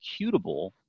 executable